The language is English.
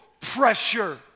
pressure